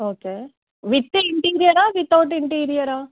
okay with ఇంటీరియరా without ఇంటీరియరా